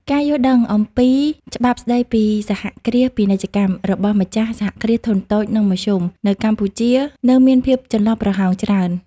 ការយល់ដឹងអំពី "ច្បាប់ស្ដីពីសហគ្រាសពាណិជ្ជកម្ម" របស់ម្ចាស់ សហគ្រាសធុនតូច និងមធ្យម នៅកម្ពុជានៅមានភាពចន្លោះប្រហោងច្រើន។